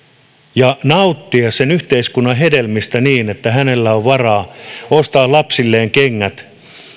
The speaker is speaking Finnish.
ja nauttia sen yhteiskunnan hedelmistä niin että hänellä on varaa ostaa lapsilleen kengät